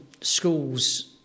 schools